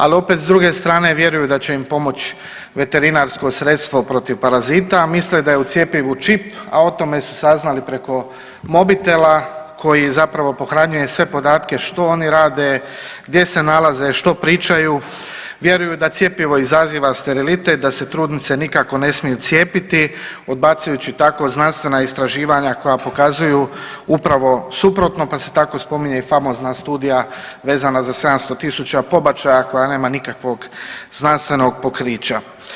Ali opet s druge strane vjeruju da će im pomoći veterinarsko sredstvo protiv parazita, a misle da u cjepivu čip, a o tome su saznali preko mobitela koji zapravo pohranjuje sve podatke što oni rade, gdje se nalaze, što pričaju, vjeruju da cjepivo izaziva sterilitet, da se trudnice nikako ne smiju cijepiti odbacujući tako znanstvena istraživanja koja pokazuju upravo suprotno, pa se tako spominje i famozna studija vezana za 700 tisuća pobačaja koja nema nikakvog znanstvenog pokrića.